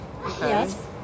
Yes